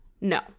no